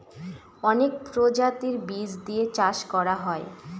অনেক প্রজাতির বীজ দিয়ে চাষ করা হয়